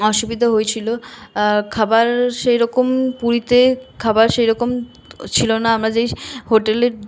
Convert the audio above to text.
অসুবিধা হয়েছিল আর খাবার সেইরকম পুরীতে খাবার সেইরকম ছিল না আমরা যেই হোটেলে